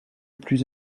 plus